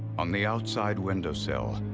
on the outside windowsill,